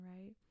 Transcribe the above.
right